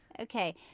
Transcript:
Okay